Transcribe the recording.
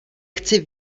chci